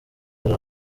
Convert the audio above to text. hari